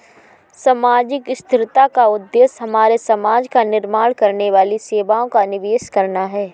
सामाजिक स्थिरता का उद्देश्य हमारे समाज का निर्माण करने वाली सेवाओं का निवेश करना है